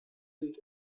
sind